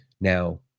Now